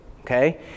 okay